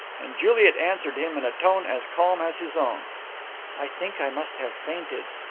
and juliet answered him in a tone as calm as his own i think i must have fainted.